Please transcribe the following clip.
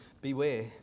beware